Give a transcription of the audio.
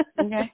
Okay